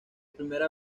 primera